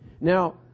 now